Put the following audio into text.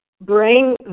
bring